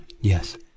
Yes